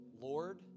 Lord